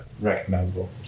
recognizable